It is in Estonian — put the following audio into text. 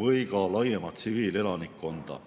või ka laiemalt tsiviilelanikkonda.